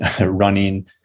running